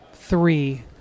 three –